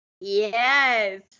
Yes